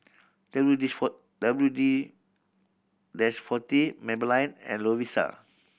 W D four W D forty Maybelline and Lovisa